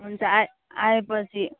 हुन्छ आइ आएपछि